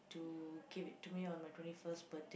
to give it to me on my twenty first birthday